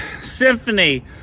symphony